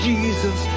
Jesus